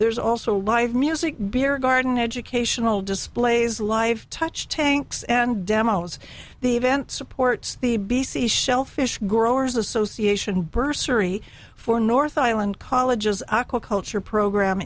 there's also live music beer garden educational displays live touch tanks and demos the event supports the b c shellfish growers association bursaries for north island colleges aquaculture program